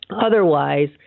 Otherwise